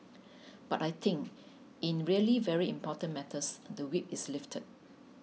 but I think in really very important matters the whip is lifted